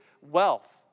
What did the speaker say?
wealth